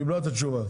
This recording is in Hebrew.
קיבלה את התשובה.